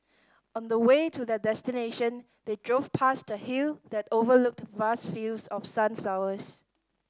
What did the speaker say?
on the way to their destination they drove past the hill that overlooked vast fields of sunflowers